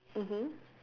mmhmm